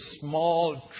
small